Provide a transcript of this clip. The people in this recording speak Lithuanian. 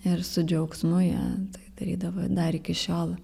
ir su džiaugsmu jie tai darydavo i dar iki šiol